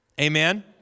amen